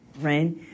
rain